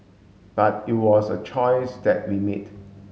but it was a choice that we made